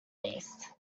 least